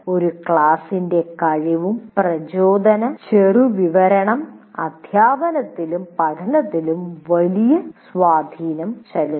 ഒരു ക്ലാസിന്റെ കഴിവും പ്രചോദനചെറുവിവരണവും അധ്യാപനത്തിലും പഠനത്തിലും വലിയ സ്വാധീനം ചെലുത്തും